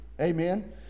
Amen